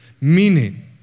Meaning